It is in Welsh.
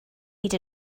hyd